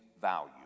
value